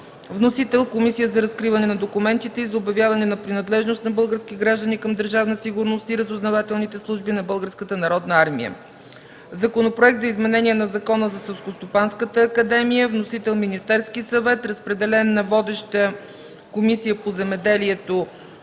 Вносител – Комисията за разкриване на документите и за обявяване на принадлежност на български граждани към Държавна сигурност и разузнавателните служби на Българската народна армия. Законопроект за изменение на Закона за Селскостопанската академия. Вносител – Министерският съвет. Водеща – Комисията по земеделието